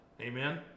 amen